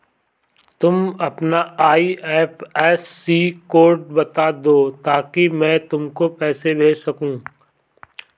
तुम अपना IFSC code बता दो ताकि मैं तुमको पैसे भेज सकूँ